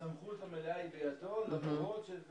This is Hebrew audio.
הסמכות המלאה היא בידו, למרות שזה